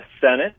Senate